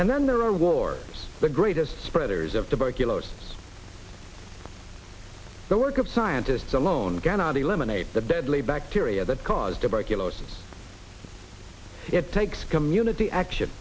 and then there are war the greatest spreaders of tuberculosis the work of scientists alone cannot eliminate the deadly bacteria that cause tuberculosis it takes community action